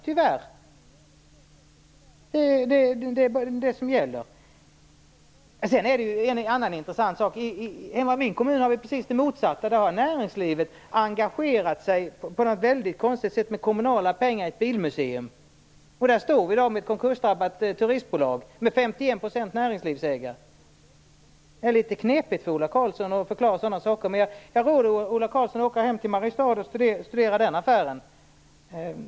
Det är det som gäller. En annan intressant sak är att vi i min hemkommun har också det motsatta. Där har näringslivet engagerat sig på ett konstigt sätt med kommunala pengar i ett bilmuseum. Där står vi i dag med ett konkursdrabbat turistbolag, med 51 % näringslivslägare. Det är litet knepigt för Ola Karlsson att förklara sådana saker, men jag råder honom att åka till Mariestad och studera den affären.